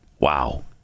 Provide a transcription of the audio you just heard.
wow